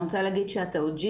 ואני רוצה להגיד שהתאוג'יהי,